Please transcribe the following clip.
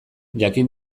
jakin